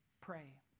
pray